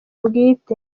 bwite